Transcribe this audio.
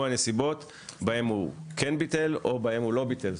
הנסיבות בהם הוא כן ביטול או בהם הוא לא ביטל.